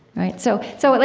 right? so, so but like,